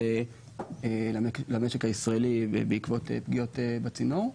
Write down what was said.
למשק הישראלי ובעקבות פגיעות בצינור.